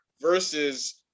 versus